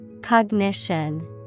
Cognition